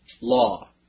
law